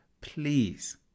please